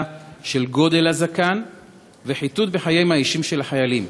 על גודל הזקן וחיטוט בחייהם האישיים של החיילים.